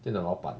店的老板